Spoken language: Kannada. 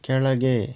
ಕೆಳಗೆ